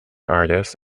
artists